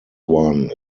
one